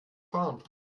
fahren